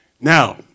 Now